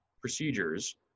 procedures